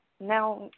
Now